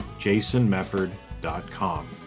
jasonmefford.com